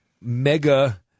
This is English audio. mega